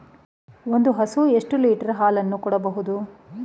ಒಂದು ಹಸು ಎಷ್ಟು ಲೀಟರ್ ಹಾಲನ್ನು ಕೊಡಬಹುದು?